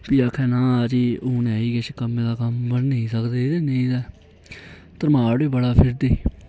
भी आक्खे नां जी हून है ऐ किश कम्मै दा कम्म मन्नी सकदे बो नेईं ते धरमाड़ बी बड़ा फिरदी